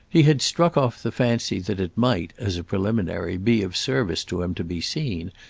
he had struck off the fancy that it might, as a preliminary, be of service to him to be seen,